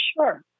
sure